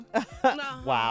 Wow